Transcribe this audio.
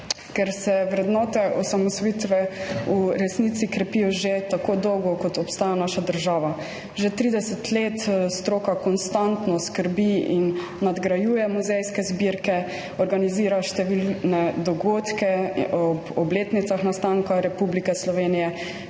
Ker se vrednote osamosvojitve v resnici krepijo že tako dolgo, kot obstaja naša država. Že 30 let stroka konstantno skrbi in nadgrajuje muzejske zbirke, organizira številne dogodke ob obletnicah nastanka Republike Slovenije.